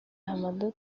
hamadoun